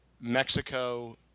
Mexico